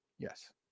Yes